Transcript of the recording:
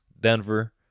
Denver